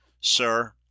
Sir